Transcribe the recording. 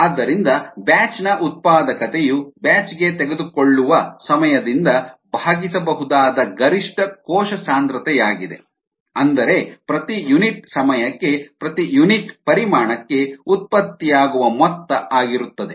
ಆದ್ದರಿಂದ ಬ್ಯಾಚ್ ನ ಉತ್ಪಾದಕತೆಯು ಬ್ಯಾಚ್ ಗೆ ತೆಗೆದುಕೊಳ್ಳುವ ಸಮಯದಿಂದ ಭಾಗಿಸಬಹುದಾದ ಗರಿಷ್ಠ ಕೋಶ ಸಾಂದ್ರತೆಯಾಗಿದೆ ಅಂದರೆ ಪ್ರತಿ ಯೂನಿಟ್ ಸಮಯಕ್ಕೆ ಪ್ರತಿ ಯುನಿಟ್ ಪರಿಮಾಣಕ್ಕೆ ಉತ್ಪತ್ತಿಯಾಗುವ ಮೊತ್ತ ಆಗಿರುತ್ತದೆ